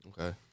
Okay